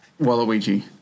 Waluigi